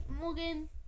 Morgan